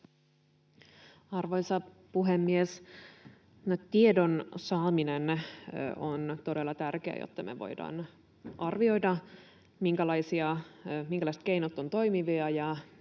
Arvoisa puhemies! Tiedon saaminen on todella tärkeää, jotta me voimme arvioida, minkälaiset keinot ovat toimivia